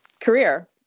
career